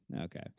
Okay